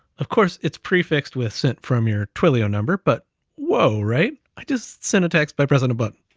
of course it's prefixed with sent from your twilio number, but whoa, right, i just sent a text by pressing a button.